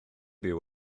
byw